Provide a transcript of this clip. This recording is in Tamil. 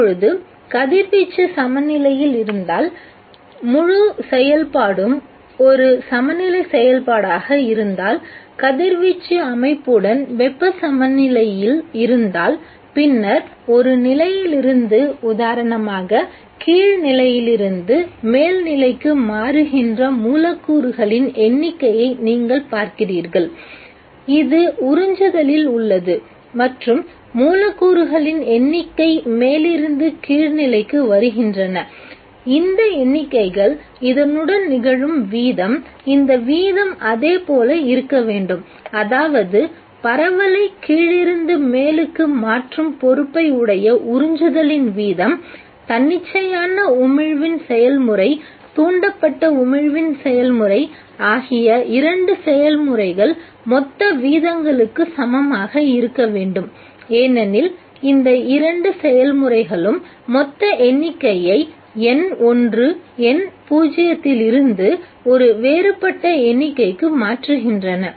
இப்பொழுது கதிர்வீச்சு சமநிலையில் இருந்தால் முழு செயல்பாடும் ஒரு சமநிலை செயல்பாடாக இருந்தால் கதிர்வீச்சு அமைப்புடன் வெப்பச் சமநிலையில் இருந்தால் பின்னர் ஒரு நிலையிலிருந்து உதாரணமாக கீழ் நிலையிலிருந்து மேல் நிலைக்கு மாறுகின்ற மூலக்கூறுகளின் எண்ணிக்கையை நீங்கள் பார்க்கிறீர்கள் இது உறிஞ்சுதலில் உள்ளது மற்றும் மூலக்கூறுகளின் எண்ணிக்கை மேலிருந்து கீழ் நிலைக்கு வருகின்றன இந்த எண்ணிக்கைகள் இதனுடன் நிகழும் வீதம் இந்த வீதம் அதே போல இருக்க வேண்டும் அதாவது பரவலை கீழிருந்து மேலுக்கு மாற்றும் பொறுப்பை உடைய உறிஞ்சுதலின் வீதம் தன்னிச்சையான உமிழ்வின் செயல்முறை தூண்டப்பட்ட உமிழ்வின் செயல்முறை ஆகிய இரண்டு செயல்முறைகள் மொத்த வீதங்களுக்கு சமமாக இருக்க வேண்டும் ஏனெனில் இந்த இரண்டு செயல்முறைகளும் மொத்த எண்ணிக்கையை N₁ N₀ யிலிருந்து ஒரு வேறுபட்ட எண்ணிக்கைக்கு மாற்றுகின்றன